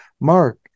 Mark